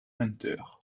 hunter